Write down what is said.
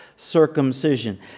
circumcision